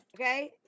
Okay